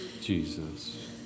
Jesus